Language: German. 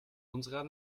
unserer